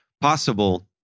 possible